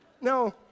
No